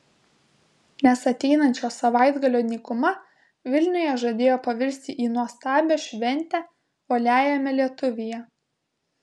nes ateinančio savaitgalio nykuma vilniuje žadėjo pavirsti į nuostabią šventę uoliajame lietuvyje